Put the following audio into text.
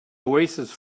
oasis